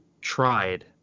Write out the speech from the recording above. tried